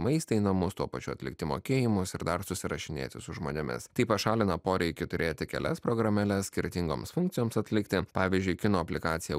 maistą į namus tuo pačiu atlikti mokėjimus ir dar susirašinėti su žmonėmis tai pašalina poreikį turėti kelias programėles skirtingoms funkcijoms atlikti pavyzdžiui kinų aplikaciją